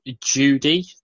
Judy